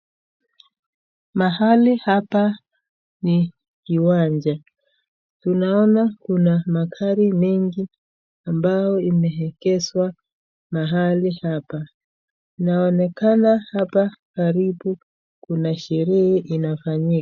Mahali hapa ni kiwanja .Unaona kuna magari mengi ambayo imeekezwa mahali hapa, naonekana hapa karibu Kuna sherehe inafanyika .